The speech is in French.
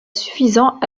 suffisant